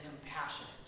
compassionate